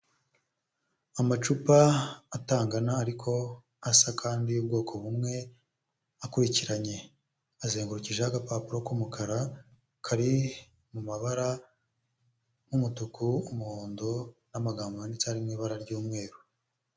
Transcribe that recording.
Amacupa atangana ariko asa kandi y'ubwoko bumwe akurikiranye azengurujeho agapapuro k'umukara kari mumabara nk'umutuku, umuhondo n'amagambo yanditseho ari mu ibara ry'umweru.